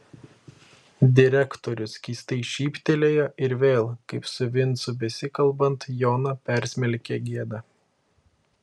direktorius keistai šyptelėjo ir vėl kaip su vincu besikalbant joną persmelkė gėda